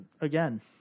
again